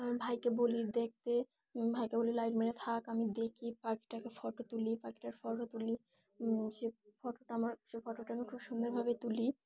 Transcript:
ভাইকে বলি দেখতে ভাইকে বলি লাইট মেরে থাক আমি দেখি পাখিটাকে ফটো তুলি পাখিটার ফটো তুলি সে ফটোটা আমার সে ফটোটা আমি খুব সুন্দরভাবে তুলি